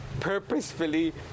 purposefully